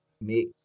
make